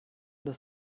dass